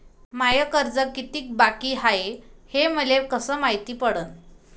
माय कर्ज कितीक बाकी हाय, हे मले कस मायती पडन?